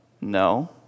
no